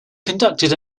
conducted